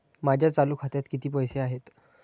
माझ्या चालू खात्यात किती पैसे आहेत?